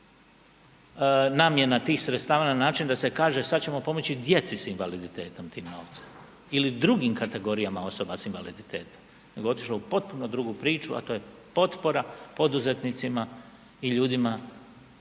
namjena tih sredstava na način da se kaže sad ćemo pomoći djeci sa invaliditetom ti novcem ili drugim kategorijama osoba sa invaliditetom nego je otišlo u potpuno drugu priču a to je potpora poduzetnicima i ljudima